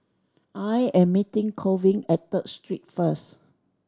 I am meeting Colvin at Third Street first